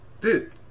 Dude